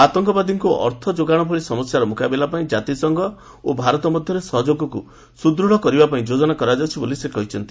ଆତଙ୍କବାଦଙ୍କୁ ଅର୍ଥ ଯୋଗାଣ ଭଳି ସମସ୍ୟାର ମୁକାବିଲାପାଇଁ କାତିସଂଘ ଓ ଭାରତ ମଧ୍ୟରେ ସହଯୋଗକୁ ସୁଦୃତ୍ କରିବାପାଇଁ ଯୋଜନା କରାଯାଉଛି ବୋଲି ସେ କହିଛନ୍ତି